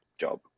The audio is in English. job